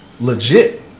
legit